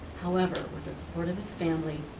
however, with the support of his family,